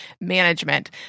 management